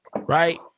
right